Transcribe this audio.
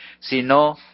sino